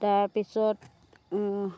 তাৰপিছত